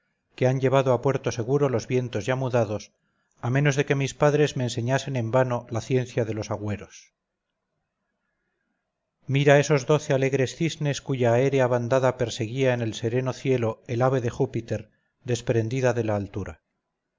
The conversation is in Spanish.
que han llevado a puerto seguro los vientos ya mudados a menos de que mis padres me enseñasen en vano la ciencia de los agüeros mira esos doce alegres cisnes cuya aérea bandada perseguía en el sereno cielo el ave de júpiter desprendida de la altura